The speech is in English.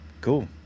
Cool